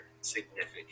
significant